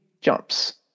jumps